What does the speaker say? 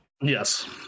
Yes